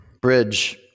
Bridge